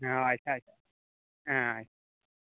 ᱦᱚᱸ ᱟᱪᱪᱷᱟ ᱪᱷᱟ